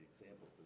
example